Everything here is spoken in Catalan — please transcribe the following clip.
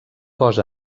cos